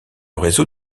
réseau